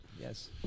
Yes